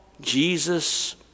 Jesus